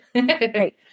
Great